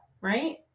Right